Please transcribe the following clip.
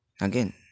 again